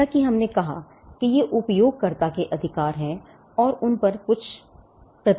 जैसा कि हमने कहा कि ये उपयोगकर्ता के अधिकार हैं और उन अधिकारों पर कुछ प्रतिबंध हैं